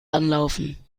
anlaufen